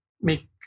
make